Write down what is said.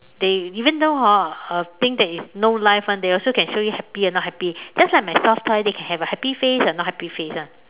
they even though hor a thing that is no life [one] they also can show you happy and not happy just like my soft toy they can have a happy face and not happy face [one]